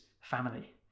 family